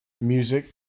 music